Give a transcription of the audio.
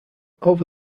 over